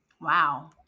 Wow